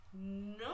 no